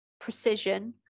precision